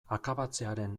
akabatzearen